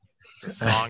song